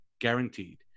guaranteed